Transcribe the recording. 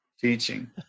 teaching